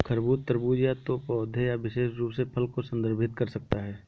खरबूज, तरबूज या तो पौधे या विशेष रूप से फल को संदर्भित कर सकता है